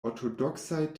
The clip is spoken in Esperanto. ortodoksaj